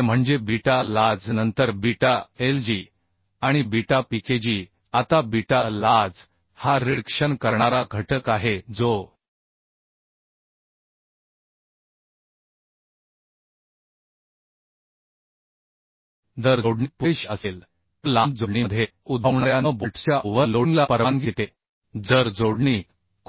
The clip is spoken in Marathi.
ते म्हणजे बीटा lj नंतर बीटा lg आणि बीटा PKg आता बीटा lj हा रिडक्शन करणारा घटक आहे जो जर जोडणी पुरेशी असेल तर लांब जोडणीमध्ये उद्भवणाऱ्या n बोल्ट्सच्या ओव्हर लोडिंगला परवानगी देते जर जोडणी